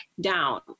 down